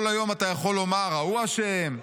כל היום אתה יכול לומר: ההוא אשם,